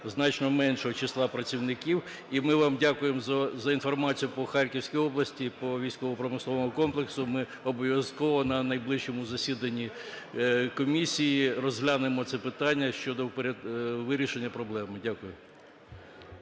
значно меншого числа працівників. І ми вам дякуємо за інформацію по Харківській області, по військово-промисловому комплексу. Ми обов'язково на найближчому засіданні комісії розглянемо це питання щодо вирішення проблеми. Дякую.